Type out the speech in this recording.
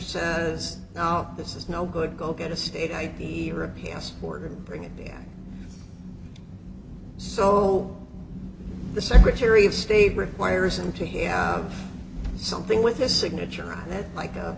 says now this is no good go get a state id or a passport and bring it here so the secretary of state requires him to have something with a signature on it like a